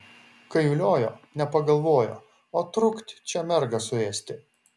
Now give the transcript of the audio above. kai uliojo nepagalvojo o trukt čia mergą suėsti